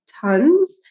tons